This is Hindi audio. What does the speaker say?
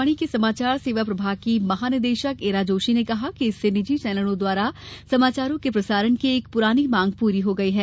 आकाशवाणी के समाचार सेवा प्रभाग की महानिदेशक ईरा जोशी ने कहा कि इससे निजी चैनलों द्वारा समाचारों के प्रसारण की एक पुरानी मांग पूरी हो गई है